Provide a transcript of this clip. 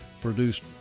produced